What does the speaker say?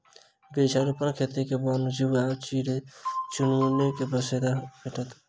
वृक्षारोपण खेती सॅ वन्य जीव आ चिड़ै चुनमुनी के बसेरा भेटैत छै